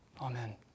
Amen